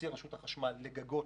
שהוציאה רשות החשמל לגגות,